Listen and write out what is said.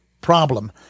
problem